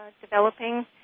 developing